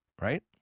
right